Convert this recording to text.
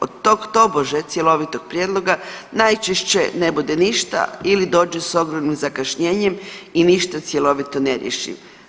Od tog tobože cjelovitog prijedloga najčešće ne bude ništa ili dođe sa ogromnim zakašnjenjem i ništa cjelovito ne riješi.